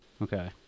okay